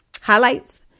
highlights